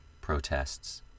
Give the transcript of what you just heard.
protests